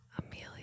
Amelia